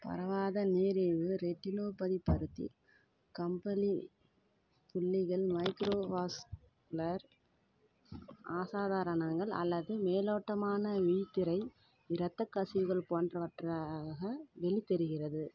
பரவாத நீரிழிவு ரெட்டினோபதி பருத்தி கம்பளி புள்ளிகள் மைக்ரோவாஸ்குலர் அசாதாரணங்கள் அல்லது மேலோட்டமான விழித்திரை இரத்தக்கசிவுகள் போன்றவற்றாக வெளித்தெரிகிறது